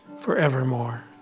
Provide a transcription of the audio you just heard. forevermore